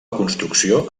construcció